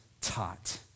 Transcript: taught